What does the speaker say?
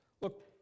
Look